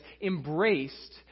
embraced